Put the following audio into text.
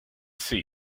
see